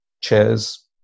chairs